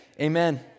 Amen